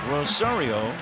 Rosario